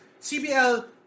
CBL